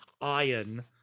iron